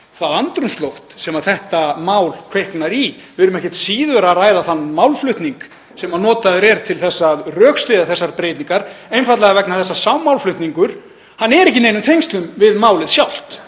það andrúmsloft sem þetta mál kviknar í. Við erum ekkert síður að ræða þann málflutning sem notaður er til að rökstyðja þessar breytingar, einfaldlega vegna þess að sá málflutningur er ekki í neinum tengslum við málið sjálft,